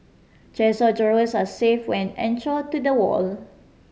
chest of drawers are safe when anchor to the wall